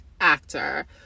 actor